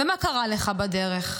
מה קרה לך בדרך?